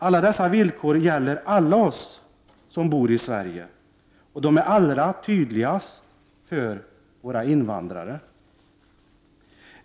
Alla dessa villkor gäller för alla oss som bor i Sverige. Det märks allra tydligast för våra invandrare.